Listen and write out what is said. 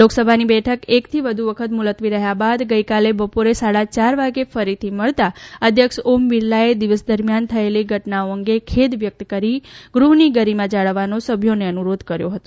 લોકસભાની બેઠક એકથી વધુ વખત મુલત્વી રહ્યા બાદ ગઇકાલે બપોરે સાડા યાર વાગે ફરીથી મળતાં અધ્યક્ષ ઓમ બિરલાએ દિવસ દરમિયાન થયેલી ઘટનાઓ અંગે ખેદ વ્યક્ત કરીને ગૃહની ગરિમા જાળવવાનો સભ્યોને અનુરોધ કર્યો હતો